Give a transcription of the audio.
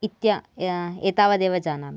इत्य एतावदेव जानामि